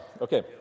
Okay